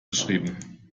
geschrieben